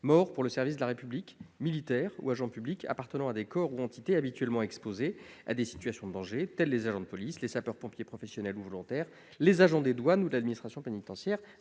Mort pour le service de la République », militaires ou agents publics appartenant à des corps ou entités habituellement exposés à des situations de danger, tels les agents de police, les sapeurs-pompiers professionnels ou volontaires, les agents des douanes ou de l'administration pénitentiaire,